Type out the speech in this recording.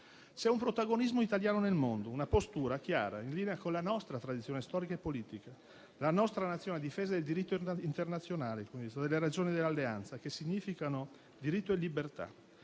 sono un protagonismo italiano nel mondo e una postura chiara, in linea con la nostra tradizione storica e politica. La nostra Nazione è a difesa del diritto internazionale e delle ragioni dell'Alleanza, che significano diritto e libertà.